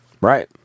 Right